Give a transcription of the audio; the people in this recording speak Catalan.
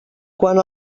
quant